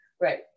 Right